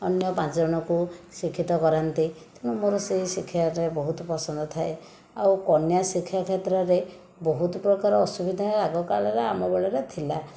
ଅନ୍ୟ ପାଞ୍ଚ ଜଣକୁ ଶିକ୍ଷିତ କରନ୍ତି ତେଣୁ ମୋର ସେ ଶିକ୍ଷାରେ ବହୁତ ପସନ୍ଦ ଥାଏ ଆଉ କନ୍ୟା ଶିକ୍ଷା କ୍ଷେତ୍ରରେ ବହୁତ ପ୍ରକାର ଅସୁବିଧା ଆଗ କାଳରେ ଆମ ବେଳରେ ଥିଲା